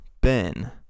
Ben